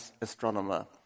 astronomer